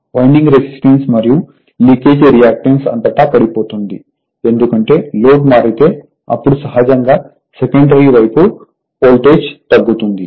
winding resistance మరియు leakage reactance అంతటా పడిపోతుంది ఎందుకంటే లోడ్ మారితేఅప్పుడు సహజంగా సెకండరీవైపు వోల్టేజ్ తగ్గుతుంది